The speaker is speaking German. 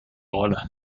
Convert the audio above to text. rolle